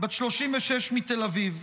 בת 36, מתל אביב,